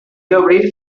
obrir